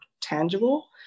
tangible